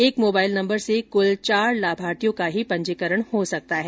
एक mobile number से कूल चार लाभार्थियों का ही पंजीकरण हो सकता है